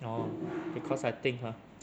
orh because I think !huh!